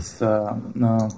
No